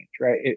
right